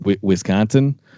Wisconsin